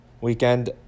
Weekend